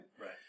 right